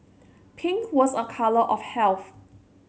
pink was a colour of health